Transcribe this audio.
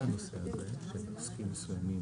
לדעת.